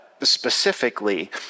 specifically